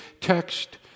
text